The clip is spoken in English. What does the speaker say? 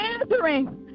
answering